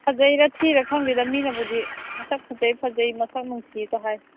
ꯐꯖꯩꯔꯥ ꯊꯤꯔꯤꯔꯥ ꯈꯪꯗꯦꯗ ꯃꯤꯅꯕꯨꯗꯤ ꯃꯁꯛ ꯐꯖꯩ ꯐꯖꯩ ꯃꯁꯛ ꯅꯨꯡꯁꯤꯀ ꯍꯥꯏ